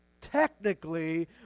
technically